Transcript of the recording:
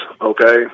okay